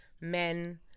men